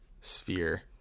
sphere